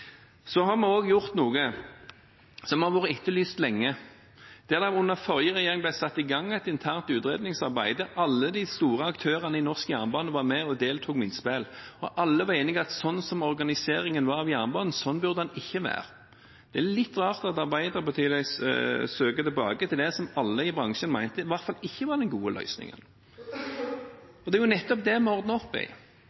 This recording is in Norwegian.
Så har vi også gjort noe som har vært etterlyst lenge. Under forrige regjering ble det satt i gang et internt utredningsarbeid der alle de store aktørene i norsk jernbane var med og deltok med innspill, og alle var enige om at slik som organiseringen av jernbanen var, slik burde den ikke være. Det er litt rart at Arbeiderpartiet søker tilbake til det som alle i bransjen mente i hvert fall ikke var den gode løsningen.